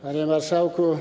Panie Marszałku!